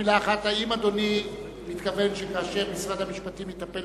האם אדוני מתכוון שכאשר משרד המשפטים יטפל